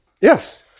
yes